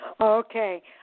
Okay